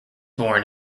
born